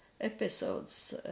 episodes